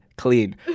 Clean